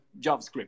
JavaScript